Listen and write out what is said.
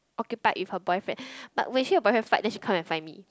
occupied with her boyfriend but when she and her boyfriend fight then she come and find me